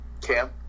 Cam